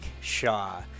Shaw